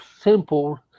simple